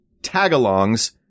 Tagalongs